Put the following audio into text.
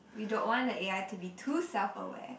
we don't want the a_i to be too self aware